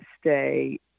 stay